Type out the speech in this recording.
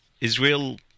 Israel